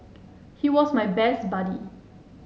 he was my best buddy